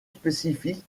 spécifique